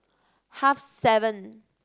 half seven